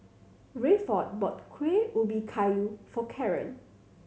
Rayford bought Kuih Ubi Kayu for Caron